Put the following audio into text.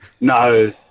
no